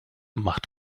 macht